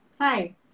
Hi